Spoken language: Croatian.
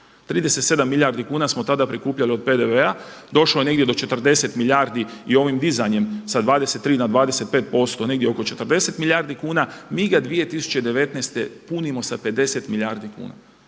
37 milijardi kuna smo tada prikupljali od PDV-a, došlo je negdje do 40 milijardi i ovim dizanjem sa 23 na 25% negdje oko 40 milijardi kuna, mi ga 2019. punimo sa 50 milijardi kuna.